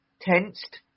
tensed